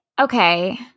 okay